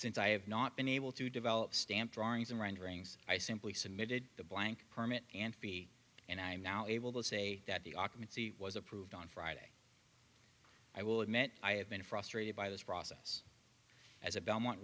since i have not been able to develop stamped drawings in renderings i simply submitted the blank permit and fee and i am now able to say that the occupancy was approved on friday i will admit i have been frustrated by this process as a belmont